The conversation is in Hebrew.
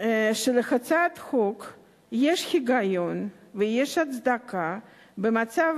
שלהצעת חוק יש היגיון ויש הצדקה במצב